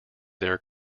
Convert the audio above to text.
their